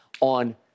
on